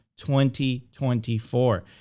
2024